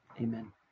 amen